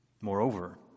Moreover